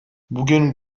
bugün